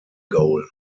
goal